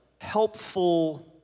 helpful